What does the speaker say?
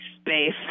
space